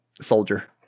soldier